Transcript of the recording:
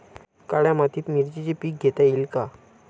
काळ्या मातीत मिरचीचे पीक घेता येईल का?